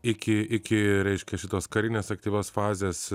iki iki reiškia šitos karinės aktyvios fazės